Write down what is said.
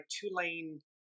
two-lane